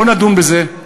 בוא נדון בזה,